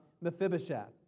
Mephibosheth